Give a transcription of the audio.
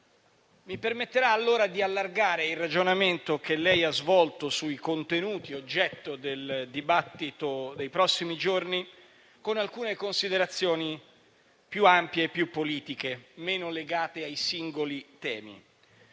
Mi permetterà allora di allargare il ragionamento che lei ha svolto sui contenuti oggetto del dibattito dei prossimi giorni con alcune considerazioni più ampie e più politiche, meno legate ai singoli temi,